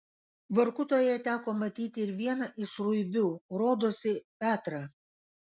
vorkutoje teko matyti ir vieną iš ruibių rodosi petrą